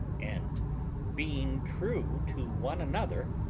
and being true to one another,